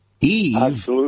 Eve